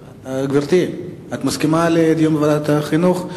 גברתי, את מסכימה לדיון בוועדת החינוך?